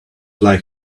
like